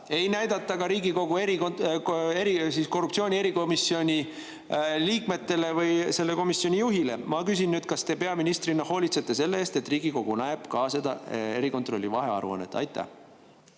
ei näidata ka Riigikogu korruptsiooni[vastase] erikomisjoni liikmetele või selle komisjoni juhile. Ma küsin: kas te peaministrina hoolitsete selle eest, et Riigikogu näeb seda erikontrolli vahearuannet? Aitäh!